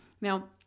Now